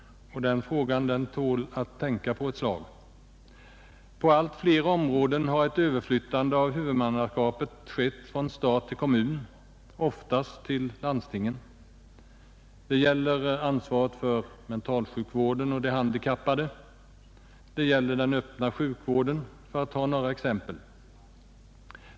Den saken tål att tänka på ett slag. På allt fler områden har det skett ett överflyttande av huvudmannaskapet från stat till kommun, oftast till landstingen. Det gäller ansvaret för mentalsjukvården och de handikappade, och det gäller den öppna sjukvården, för att ta några exempel.